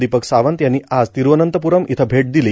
दीपक सावंत यांनी आज तिरूअनंतपूरम् इथं भेट दिली